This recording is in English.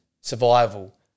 survival